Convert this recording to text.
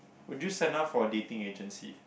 would you sign up for a dating agency